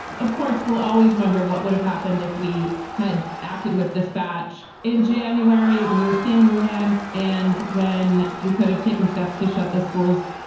of course, we'll always wonder what would have happened if we had acted with dispatch in january when we were seeing wu hand and when we could have taken steps to shut the schools.